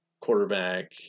quarterback